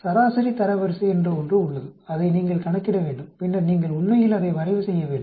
சராசரி தரவரிசை என்று ஒன்று உள்ளது அதை நீங்கள் கணக்கிட வேண்டும் பின்னர் நீங்கள் உண்மையில் அதை வரைவு செய்ய வேண்டும்